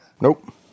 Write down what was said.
Nope